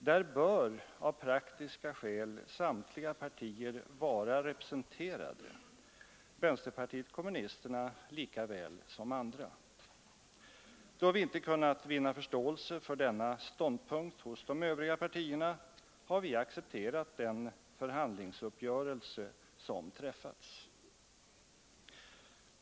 Där bör av praktiska skäl samtliga partier vara representerade, vänsterpartiet kommunisterna lika väl som andra. Då vi inte kunnat vinna förståelse för denna ståndpunkt hos de övriga partierna har vi accepterat den förhandlingsuppgörelse som träffats.